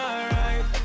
Alright